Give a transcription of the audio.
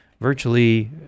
virtually